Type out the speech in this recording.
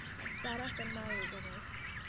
i sat up in my eagerness.